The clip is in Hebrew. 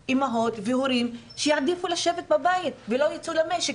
הורים שיעדיפו לשבת בבית ולא יצאו למשק